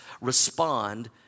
respond